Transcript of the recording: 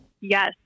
Yes